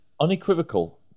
unequivocal